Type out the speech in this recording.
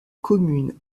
commune